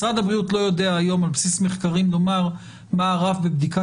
משרד הבריאות לא יודע היום על בסיס מחקרים לומר מה הרף בבדיקה